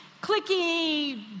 clicky